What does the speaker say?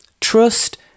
Trust